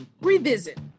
revisit